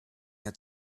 had